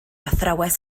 athrawes